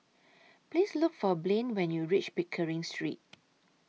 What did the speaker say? Please Look For Blain when YOU REACH Pickering Street